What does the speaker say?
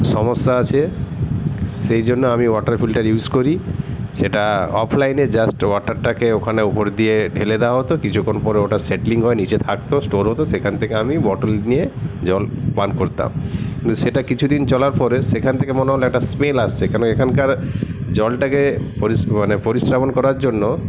সমস্যা আসে সেই জন্য আমি ওয়াটার ফিল্টার ইউজ করি সেটা অফলাইনে জাস্ট ওয়াটারটাকে ওখানে ওপর দিয়ে ঢেলে দেওয়া হত কিছুক্ষণ পর ওটা সেটলিং হয়ে নীচে থাকতো স্টোর হত সেখান থেকে আমি বটল নিয়ে জল পান করতাম কিন্তু সেটা কিছুদিন চলার পরে সেখান থেকে মনে হল একটা স্মেল আসছে কেন এখানকার জলটাকে মানে পরিস্রবণ করার জন্য